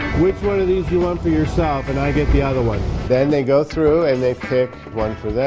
which one of these you want for yourself and i get the other one then they go through and they pick one for them